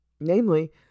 Namely